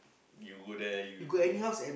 you go there you don't know